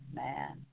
man